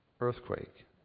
earthquake